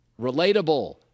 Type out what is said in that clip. relatable